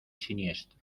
siniestro